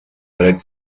drets